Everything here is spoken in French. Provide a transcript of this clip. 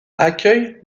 accueille